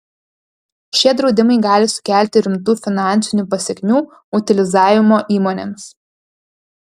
šie draudimai gali sukelti rimtų finansinių pasekmių utilizavimo įmonėms